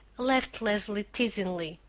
laughed leslie teasingly.